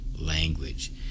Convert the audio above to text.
language